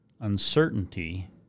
uncertainty